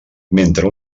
mentre